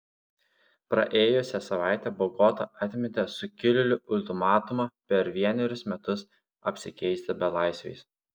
praėjusią savaitę bogota atmetė sukilėlių ultimatumą per vienerius metus apsikeisti belaisviais